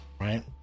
right